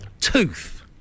Tooth